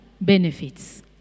benefits